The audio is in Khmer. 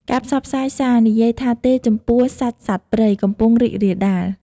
ការផ្សព្វផ្សាយសារ "និយាយថាទេចំពោះសាច់សត្វព្រៃ" កំពុងរីករាលដាល។